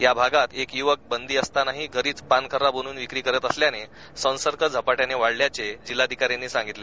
या भागात एक युवक बंदी असतानाही घरीच पानखरा बनवून विक्री करीत असल्यानं ही संसर्ग झपाट्याने वाढल्याचं जिल्हाधिकाऱ्यांनी सांगितलं